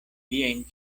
viajn